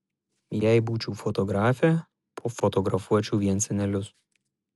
jei būčiau fotografė fotografuočiau vien senelius